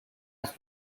las